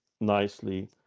nicely